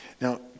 Now